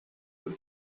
have